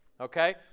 okay